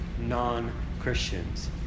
non-Christians